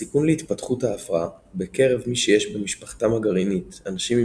הסיכון להתפתחות ההפרעה בקרב מי שיש במשפחתם הגרעינית אנשים עם